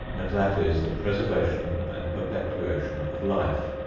and that is the preservation and perpetuation of life.